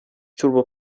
turbo